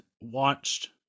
watched